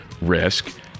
Risk